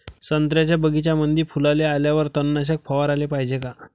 संत्र्याच्या बगीच्यामंदी फुलाले आल्यावर तननाशक फवाराले पायजे का?